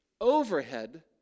overhead